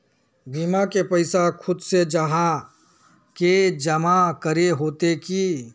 बीमा के पैसा खुद से जाहा के जमा करे होते की?